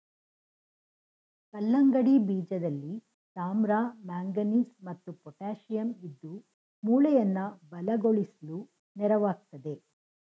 ಕಲ್ಲಂಗಡಿ ಬೀಜದಲ್ಲಿ ತಾಮ್ರ ಮ್ಯಾಂಗನೀಸ್ ಮತ್ತು ಪೊಟ್ಯಾಶಿಯಂ ಇದ್ದು ಮೂಳೆಯನ್ನ ಬಲಗೊಳಿಸ್ಲು ನೆರವಾಗ್ತದೆ